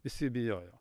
visi bijojo